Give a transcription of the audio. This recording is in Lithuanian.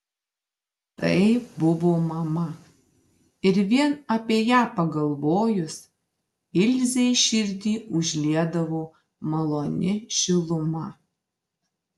tai buvo mama ir vien apie ją pagalvojus ilzei širdį užliedavo maloni šiluma